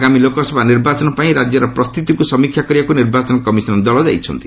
ଆଗାମୀ ଲୋକସଭା ନିର୍ବାଚନ ପାଇଁ ରାଜ୍ୟର ପ୍ରସ୍ତୁତିକୁ ସମୀକ୍ଷା କରିବାକୁ ନିର୍ବାଚନ କମିଶନ ଦଳ ଯାଇଛନ୍ତି